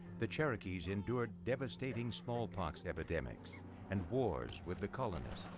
the cherokees endured devastating smallpox epidemics and wars with the colonists.